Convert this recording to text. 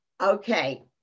Okay